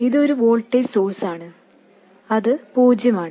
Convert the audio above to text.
ഇത് ഒരു voltage source ആണ് അത് പൂജ്യമാണ്